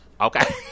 Okay